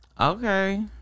Okay